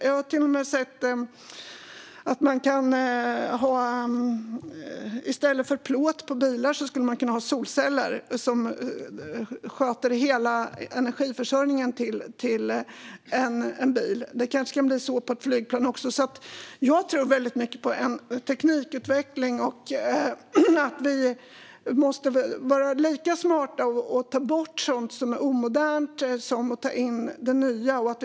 Jag har till och med sett att man skulle kunna ha solceller i stället för plåt på bilar, och de skulle då sköta hela energiförsörjningen för bilen. Det kanske kan bli så på flygplan också. Jag tror alltså väldigt mycket på teknikutveckling och att vi måste vara lika smarta när det gäller att ta bort sådant som är omodernt som när det gäller att ta in det nya.